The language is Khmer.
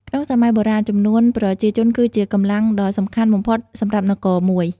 ក្នុងសម័យបុរាណ ចំនួនប្រជាជនគឺជា កម្លាំងដ៏សំខាន់ បំផុតសម្រាប់នគរមួយ។